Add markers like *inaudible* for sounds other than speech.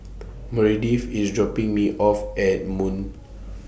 *noise* Meredith IS dropping Me off At Moon